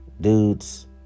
dudes